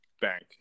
bank